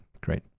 great